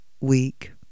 week